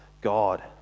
God